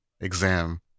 exam